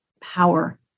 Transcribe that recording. power